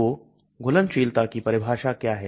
तो घुलनशीलता की परिभाषा क्या है